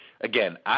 Again